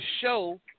show